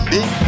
Big